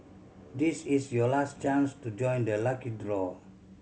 this is your last chance to join the lucky draw